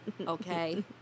Okay